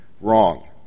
Wrong